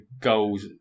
goals